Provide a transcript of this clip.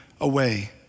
away